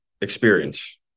experience